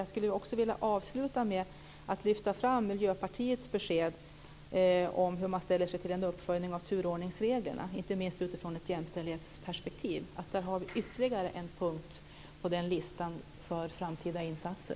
Jag vill avsluta med att lyfta fram Miljöpartiets besked om hur man ställer sig till en uppföljning av turordningsreglerna, inte minst utifrån ett jämställdhetsperspektiv. Det är ytterligare en punkt på listan för framtida insatser.